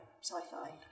sci-fi